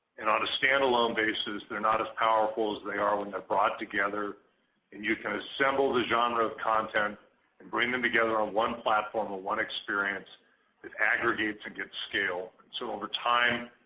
and on a standalone basis, they're not as powerful as they are when they're brought together and you can assemble the genre of content and bring them together on ah one platform, a one experience with aggregates and get scale. so over time,